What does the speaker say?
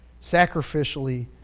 sacrificially